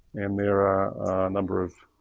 and there are a number of